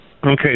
Okay